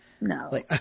No